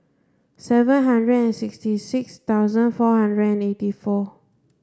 seven hundred and sixty six thousand four hundred and eighty four